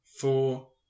four